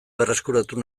berreskuratu